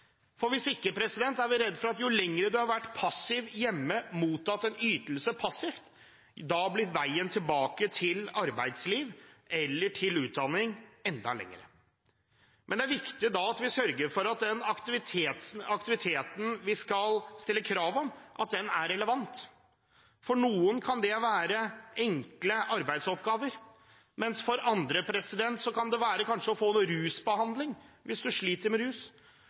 for hvis ikke er vi redd for at jo lenger en har vært passiv hjemme og mottatt en ytelse passivt, blir veien tilbake til arbeidsliv eller til utdanning enda lengre. Det er da viktig at vi sørger for at den aktiviteten vi skal stille krav om, er relevant. For noen kan det være enkle arbeidsoppgaver, mens det for andre kanskje kan være å få behandling hvis man sliter med rusproblemer. For andre igjen kan det være